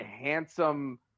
handsome